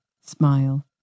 Smile